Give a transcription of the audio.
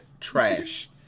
trash